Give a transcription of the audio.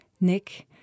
Nick